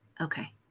okay